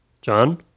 John